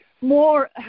more